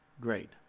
great